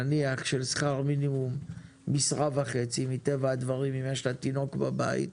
נניח של שכר מינימום משרה וחצי מטבע הדברים אם יש להם תינוק בבית,